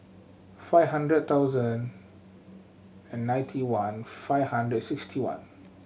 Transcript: five hundred thousand and ninety one five hundred sixty one